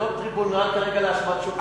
זה לא טריבונל כרגע להאשמת שוטרים.